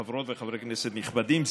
חברות וחברי כנסת נכבדים,